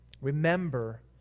Remember